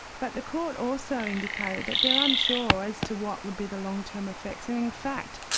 but the court also indicated that they're unsure as to what would be the long-term effects. and in fact,